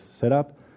setup